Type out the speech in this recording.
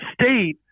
State